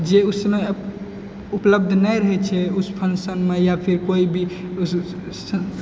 जे उसमे उपलब्ध नहि रहै छै उस फंक्शन मे यऽ फिर कोइ भी उस सऽ